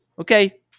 okay